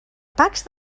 pacs